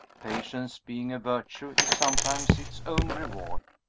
patience, being a virtue, is sometimes its own reward.